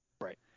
Right